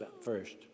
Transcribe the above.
first